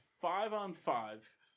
five-on-five